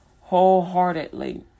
wholeheartedly